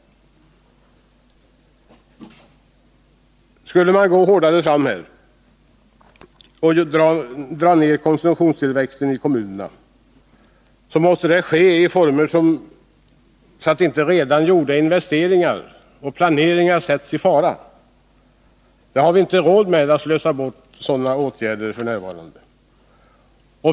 Skulle 47 maj 1981 man gå hårdare fram och dra ned konsumtionstillväxten i kommunerna, måste det ske i sådana former att redan gjorda investeringar och planeringar inte sätts i fara. Vi har f.n. inte råd att slösa bort resultatet av sådana åtgärder.